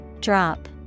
Drop